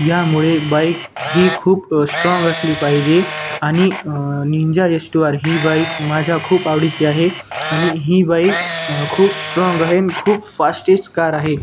यामुळे बाईक ही खूप स्ट्राँग असली पाहिजे आणि निंजा येच टू आर ही बाईक माझा खूप आवडीची आहे आणि ही बाईक खूप स्ट्राँग आहे खूप फास्टेस्ट कार आहे